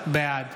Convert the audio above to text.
בעד